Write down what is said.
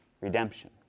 redemption